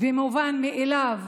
ומובן מאליו